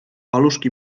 paluszki